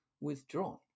withdrawn